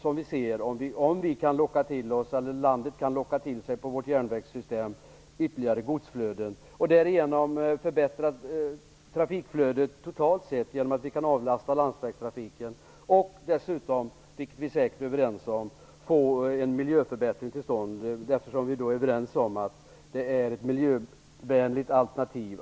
Om landet kan locka till sig ytterligare godsflöden till vårt järnvägssystem förbättras därigenom trafikflödet totalt sett genom att landsvägstrafiken avlastas. Dessutom får vi en miljöförbättring till stånd, eftersom vi är överens om att järnvägen är ett miljövänligt alternativ.